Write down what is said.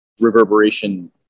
reverberation